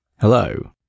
Hello